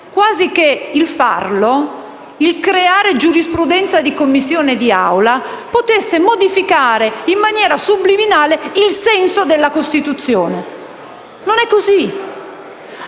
quasi che il farlo, il creare giurisprudenza di Commissione e di Assemblea, possa modificare in miniera subliminale il senso della Costituzione. Non è così.